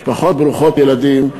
משפחות ברוכות ילדים.